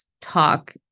talk